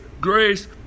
grace